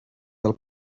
del